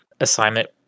assignment